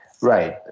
Right